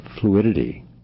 fluidity